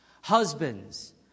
Husbands